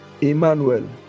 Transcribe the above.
Emmanuel